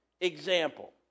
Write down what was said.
example